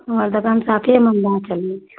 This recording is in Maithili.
हमर दोकान साफे मन्दा चलै छौ